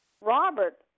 Robert